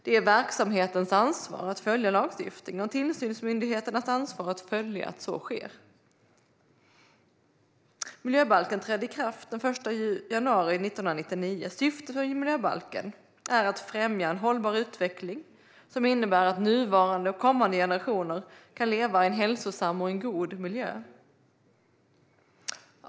Det är verksamhetens ansvar att följa lagstiftningen och tillsynsmyndigheternas ansvar att följa att så sker. Miljöbalken trädde i kraft den 1 januari 1999. Syftet med miljöbalken är att främja en hållbar utveckling som innebär att nuvarande och kommande generationer kan leva i en hälsosam och god miljö.